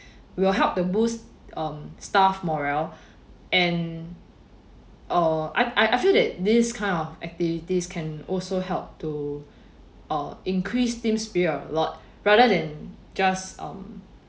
will help the boost um staff morale and uh I I feel that these kind of activities can also help to or increase team spirit lot rather than just um